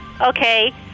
Okay